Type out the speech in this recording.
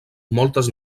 moltes